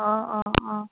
অ' অ' অ'